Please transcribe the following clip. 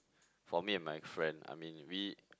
for me and my friend I mean we